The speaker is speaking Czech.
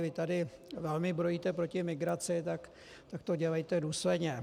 Vy tady velmi brojíte proti migraci, tak to dělejte důsledně.